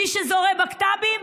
מי שזורק בקת"בים,